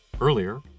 Earlier